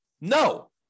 No